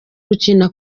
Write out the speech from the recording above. gukina